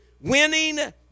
winning